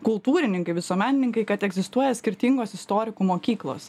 kultūrininkai visuomenininkai kad egzistuoja skirtingos istorikų mokyklos